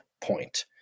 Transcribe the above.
point